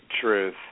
truth